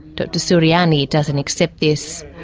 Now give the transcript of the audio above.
dr suryani doesn't accept this.